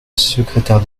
secrétaire